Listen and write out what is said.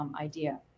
idea